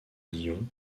lyon